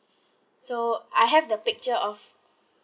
so I have the picture of